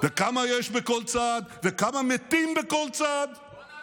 וכמה יש בכל צד וכמה מתים בכל צד.